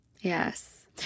Yes